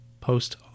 post